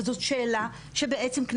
וזאת שאלה שבעצם,